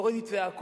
לא ראיתי צעקות.